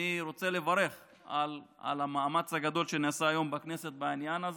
אני רוצה לברך על המאמץ הגדול שנעשה היום בכנסת בעניין הזה.